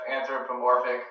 anthropomorphic